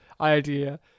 idea